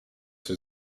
coś